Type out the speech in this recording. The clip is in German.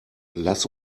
lass